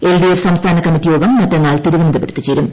LDF സംസ്ഥാന committee യോഗം മറ്റന്നാൾ തിരുവനന്തപുരത്ത് ചേരും